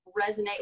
resonate